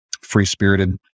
free-spirited